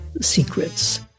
secrets